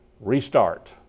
restart